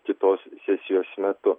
kitos sesijos metu